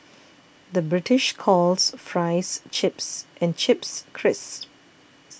the British calls Fries Chips and Chips Crisps